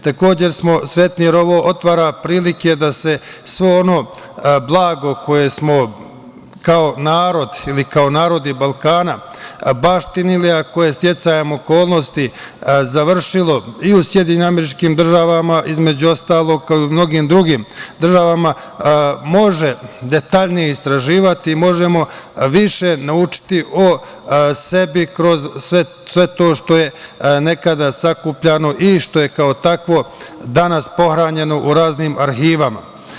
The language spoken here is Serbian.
Takođe smo sretni jer ovo otvara prilike da se svo ono blago koje smo kao narod ili kao narodi Balkana baštinili, a koje je sticajem okolnosti završilo i u SAD, između ostalog, kao i u mnogim drugim državama može detaljnije istraživati i možemo više naučiti o sebi kroz sve to što je nekada sakupljano i što je kao takvo danas pohranjeno u raznim arhivama.